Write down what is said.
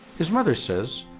his mother says